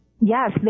Yes